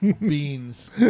beans